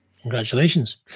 Congratulations